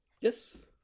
Yes